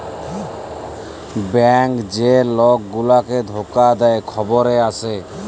bank যে লক গুলাকে ধকা দে খবরে আসে